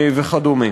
וכדומה.